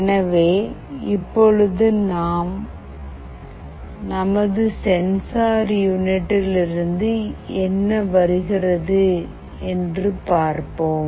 எனவே இப்பொழுது நமது சென்சார் யூனிட்டில் இருந்து என்ன வருகிறது என்று பார்ப்போம்